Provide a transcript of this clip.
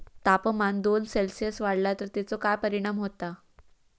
तापमान दोन सेल्सिअस वाढला तर तेचो काय परिणाम होता?